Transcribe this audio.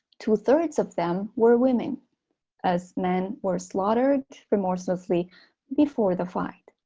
two thirds of them were women as men were slaughtered remorselessly before the fight